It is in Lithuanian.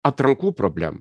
atrankų problemą